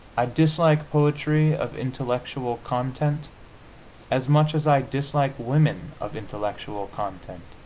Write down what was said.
i dislike poetry of intellectual content as much as i dislike women of intellectual content